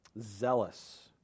zealous